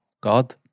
God